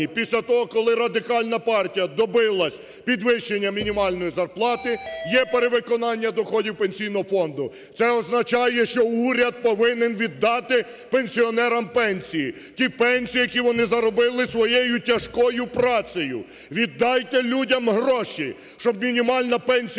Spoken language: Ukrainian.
після того, коли Радикальна партія добилася підвищення мінімальної зарплати, є перевиконання доходів Пенсійного фонду. Це означає, що уряд повинен віддати пенсіонерам пенсії, ті пенсії, які вони заробили своєю тяжкою працею. Віддайте людям гроші, щоб мінімальна пенсія